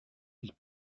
ils